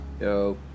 yo